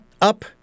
up